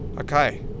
okay